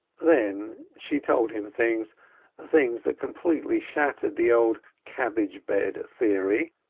then she told him things things that completely shattered the old cabbage bed theory,